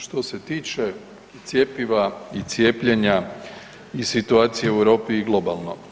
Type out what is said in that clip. Što se tiče cjepiva i cijepljenja i situacije u Europi i globalno.